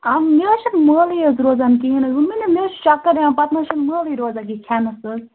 آ مےٚ حظ چھِنہٕ مٲلٕے حظ روزان کِہیٖنۍ نہٕ حظ ووٚنمَے نہ مےٚ حظ چھُ چکر یِوان پتہٕ نہ حظ چھُنہٕ مٲلٕے روزان یہِ کھٮ۪نَس حظ